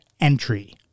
entry